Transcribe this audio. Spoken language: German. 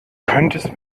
könntest